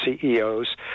CEOs